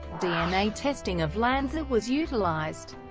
dna testing of lanza was utilized.